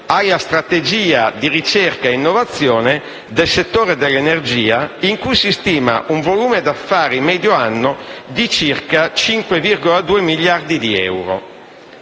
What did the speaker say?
alla strategia di ricerca e innovazione nel settore dell'energia, in cui si stima un volume d'affari medio annuo di circa 5,2 miliardi di euro.